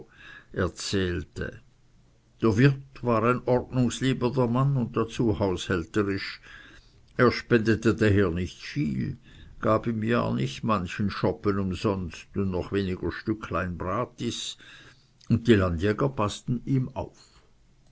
der wirt war ein ordnungsliebender mann und dazu haushälterisch er spendete daher nicht viel gab im jahr nicht manchen schoppen umsonst und noch weniger stücklein bratis und die landjäger paßten ihm auf